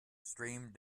streamed